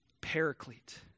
paraclete